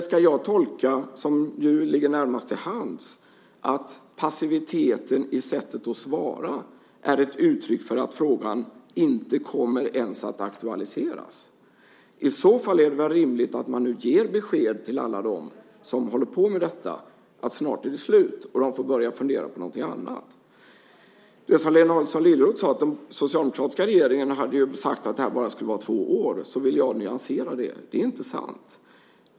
Ska jag tolka, som ligger närmast till hands, att passiviteten i sättet att svara är ett uttryck för att frågan inte ens kommer att aktualiseras? I så fall är det väl rimligt att man ger besked till alla dem som håller på med detta att det snart är slut och att de får börja fundera på något annat. Lena Adelsohn Liljeroth sade att den socialdemokratiska regeringen hade sagt att det här skulle vara i två år. Jag vill nyansera det lite. Det är inte sant.